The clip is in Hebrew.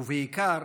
ובעיקר